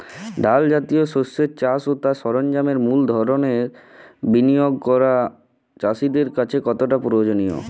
ডাল জাতীয় শস্যের চাষ ও তার সরঞ্জামের মূলধনের বিনিয়োগ করা চাষীর কাছে কতটা প্রয়োজনীয়?